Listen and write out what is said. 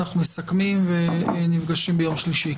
אנחנו מסכמים ונפגשים ביום שלישי.